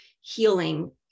healing